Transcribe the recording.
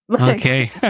Okay